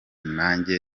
nanjye